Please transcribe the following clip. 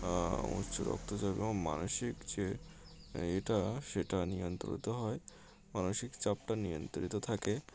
উচ্চ রক্তচাপ এবং মানসিক যে ইটা সেটা নিয়ন্ত্রিত হয় মানসিক চাপটা নিয়ন্ত্রিত থাকে